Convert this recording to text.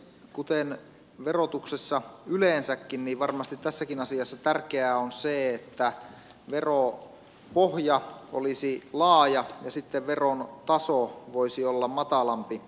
kuten verotuksessa yleensäkin varmasti tässäkin asiassa tärkeää on se että veropohja olisi laaja ja sitten veron taso voisi olla matalampi